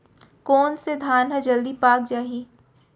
कोन से धान ह जलदी पाक जाही?